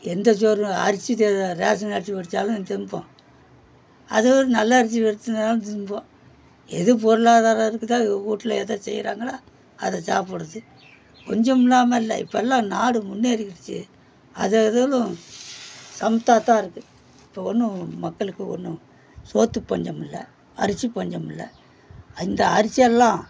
எந்த சோறு அரிசி ரேஷன் அரிசி வடித்தாலும் தின்போம் அது நல்ல அரிசி வடித்திருந்தாலும் தின்போம் எது பொருளாதாரம் இருக்குதோ வீட்ல எதை செய்கிறாங்களோ அதை சாப்பிட்றது பஞ்சம் இல்லாமல் இல்லை இப்போலாம் நாடு முன்னேறிடிச்சு அது அதுவும் சமைத்தா தான் இருக்குது இப்போ ஒன்றும் மக்களுக்கு ஒன்றும் சோற்று பஞ்சம் இல்லை அரிசி பஞ்சம் இல்லை அந்த அரிசி எல்லாம்